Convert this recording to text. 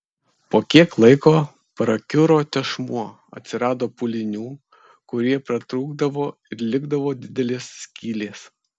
po kiek laiko prakiuro tešmuo atsirado pūlinių kurie pratrūkdavo ir likdavo didelės skylės